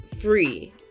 free